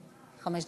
לא, חמש דקות.